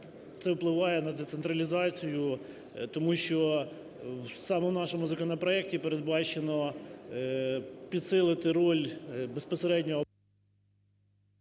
це впливає на децентралізацію, тому що саме в нашому законопроекті передбачено підсилити роль безпосередньо…